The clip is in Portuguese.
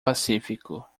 pacífico